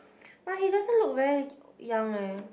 but he doesn't look very young leh